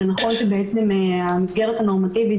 זה נכון שהמסגרת הנורמטיבית,